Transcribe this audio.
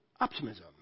Optimism